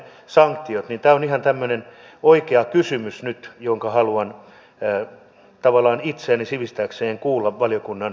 tämä on ihan tämmöinen oikea kysymys nyt jonka vastauksen haluan tavallaan itseäni sivistääkseni kuulla valiokunnan puheenjohtajalta